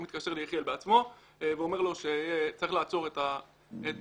הוא מתקשר ליחיאל בעצמו ואומר לו שצריך לעצור את הספירה